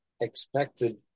expected